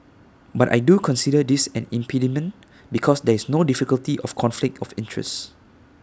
but I do consider this an impediment because there is no difficulty of conflict of interest